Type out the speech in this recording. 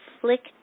Flick